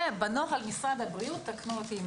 ובנוהל משרד הבריאות תקנו אותי אם